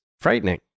frightening